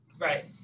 Right